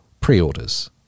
pre-orders